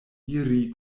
iri